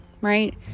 right